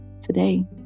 today